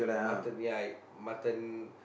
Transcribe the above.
mutton ya mutton